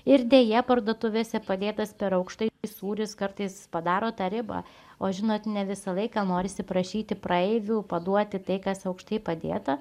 ir deja parduotuvėse padėtas per aukštai sūris kartais padaro tą ribą o žinot ne visą laiką norisi prašyti praeivių paduoti tai kas aukštai padėta